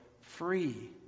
free